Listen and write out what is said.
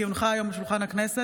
כי הונחו היום על שולחן הכנסת,